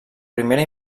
primera